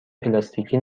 پلاستیکی